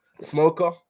Smoker